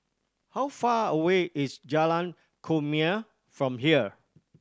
how far away is Jalan Kumia from here